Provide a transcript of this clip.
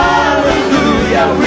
Hallelujah